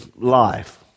life